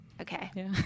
Okay